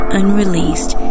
unreleased